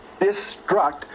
destruct